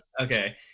Okay